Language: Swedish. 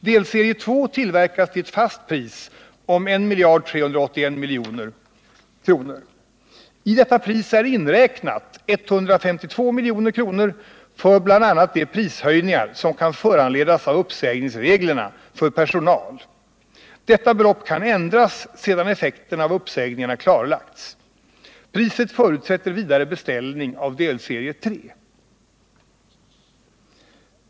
Delserie 2 tillverkas till ett fast pris om 1 381 milj.kr. I detta pris är inräknat 152 milj.kr. för bl.a. de prishöjningar som kan föranledas av uppsägningsreglerna för personal. Detta belopp kan ändras sedan effekterna av uppsägelserna klarlagts. Priset förusätter vidare beställning av delserie 3.